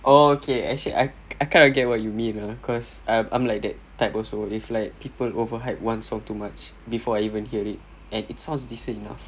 oh okay actually I kind of get what you mean cause I'm I'm like that type also if like people overhype one song too much before I even hear it and it sounds decent enough